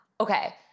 Okay